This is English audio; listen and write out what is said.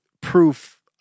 proof